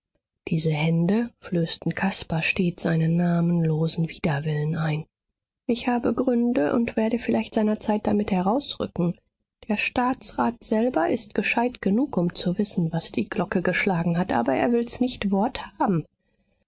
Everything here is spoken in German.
diese hände flößten caspar stets einen namenlosen widerwillen ein ich habe gründe und werde vielleicht seinerzeit damit herausrücken der staatsrat selber ist gescheit genug um zu wissen was die glocke geschlagen hat aber er will's nicht wort haben